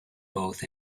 both